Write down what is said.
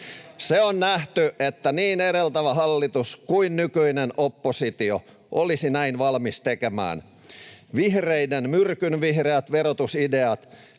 Se on nähty, että niin edeltävä hallitus kuin nykyinen oppositio olisivat näin valmiita tekemään. Vihreiden myrkynvihreät verotusideat,